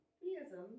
theism